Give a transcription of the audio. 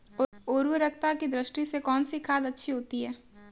उर्वरकता की दृष्टि से कौनसी खाद अच्छी होती है?